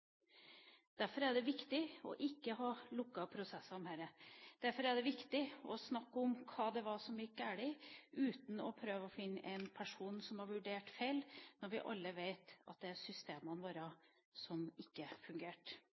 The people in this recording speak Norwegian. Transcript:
Derfor er det viktig å ikke ha lukkede prosesser om dette. Derfor er det viktig å snakke om hva det var som gikk galt, uten å prøve å finne en person som har vurdert feil, når vi alle vet at det var systemene våre som ikke fungerte.